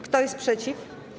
Kto jest przeciw?